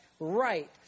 Right